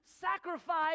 sacrifice